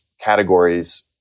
categories